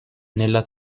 nella